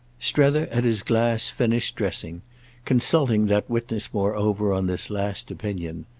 strether, at his glass, finished dressing consulting that witness moreover on this last opinion.